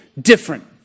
different